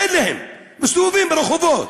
אין להם, מסתובבים ברחובות,